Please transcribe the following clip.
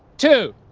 two,